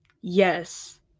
yes